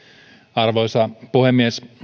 arvoisa puhemies